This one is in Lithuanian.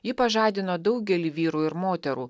ji pažadino daugelį vyrų ir moterų